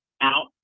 out